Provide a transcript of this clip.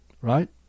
Right